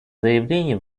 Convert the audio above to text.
заявлений